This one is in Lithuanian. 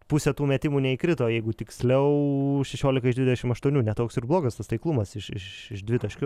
pusė tų metimų neįkrito jeigu tiksliau šešiolika dvidešim aštuonių ne toks ir blogas tas taiklumas iš iš iš dvitaškių